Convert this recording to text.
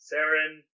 Saren